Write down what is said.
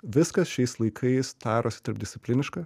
viskas šiais laikais darosi tarpdiscipliniška